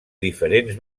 diferents